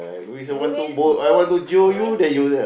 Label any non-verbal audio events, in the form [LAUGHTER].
you always go [NOISE]